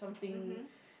something